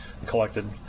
collected